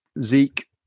zeke